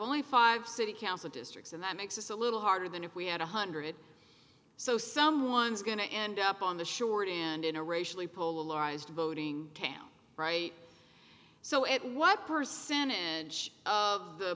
only five city council districts and that makes us a little harder than if we had a hundred or so someone's going to end up on the short hand in a racially polarized voting town right so at what percentage of the